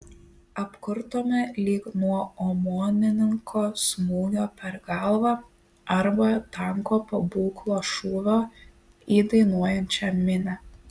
apkurtome lyg nuo omonininko smūgio per galvą arba tanko pabūklo šūvio į dainuojančią minią